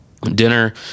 dinner